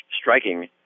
striking